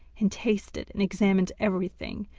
and tasted and examined everything,